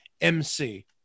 MC